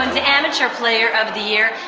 and amateur player of the year.